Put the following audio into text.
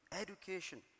education